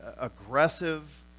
aggressive